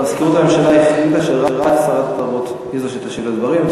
מזכירות הממשלה החליטה שרק שרת התרבות היא שתשיב על הדברים.